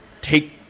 take